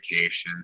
medications